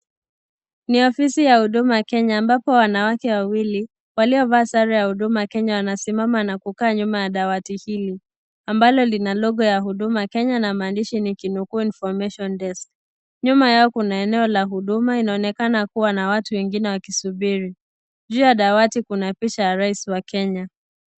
Ni ofisi ya Huduma Kenya ambapo wanawake wawili waliovaa sare ya Huduma Kenya anesimama na kukaa nyuma ya dawati hili. Ambalo lina logo ya Huduma Kenya, na maandishi nikinukuu information desks Nyuma yao kuna eneo la huduma iaonekana kuwa na watu wengine . Juu ya dawati Kuna picha ya rais wa Kenya.